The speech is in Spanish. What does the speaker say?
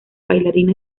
bailarina